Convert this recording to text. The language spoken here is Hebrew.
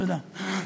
תודה.